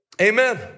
Amen